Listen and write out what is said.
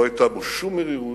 לא היתה בו שום מרירות,